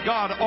God